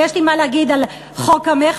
ויש לי מה להגיד על חוק המכר,